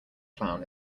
clown